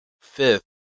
fifth